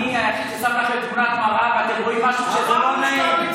אני היחיד ששם לכם תמונת מראה ואתם רואים משהו שהוא לא נעים.